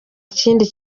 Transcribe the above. kindi